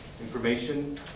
information